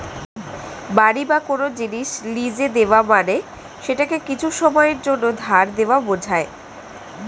বাড়ি বা কোন জিনিস লীজে দেওয়া মানে সেটাকে কিছু সময়ের জন্যে ধার দেওয়া বোঝায়